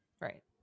Right